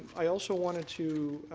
i also wanted to